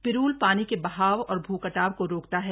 पिरूल पानी के बहाव और भू कटाव को रोकता है